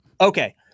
Okay